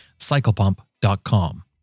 CyclePump.com